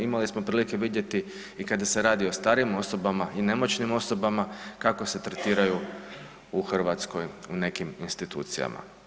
Imali smo prilike vidjeti i kada se radi o starijim i nemoćnim osobama kako se tretiraju u Hrvatskoj u nekim institucijama.